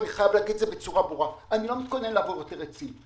ואני חייב להגיד את זה בצורה ברורה: אני לא מתכונן לעבור יותר עצים.